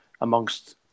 amongst